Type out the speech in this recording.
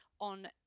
on